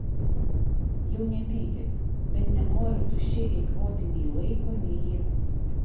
jau nepykit bet nenoriu tuščiai eikvoti nei laiko nei jėgų